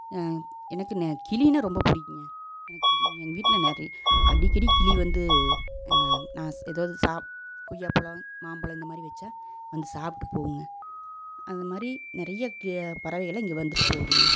எனக்கு கிளினால் ரொம்ப பிடிக்குங்க எனக்கு எங்கள் வீட்டில் நிறைய அடிக்கடி கிளி வந்து நான் எதாவது சா கொய்யாப்பழம் மாம்பழம் இந்தமாதிரி வச்சால் வந்து சாப்பிட்டு போகுங்க அதுமாதிரி நிறைய பறவைகள் இங்கே வந்துட்டு போகுதுங்க